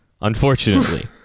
unfortunately